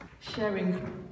sharing